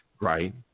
right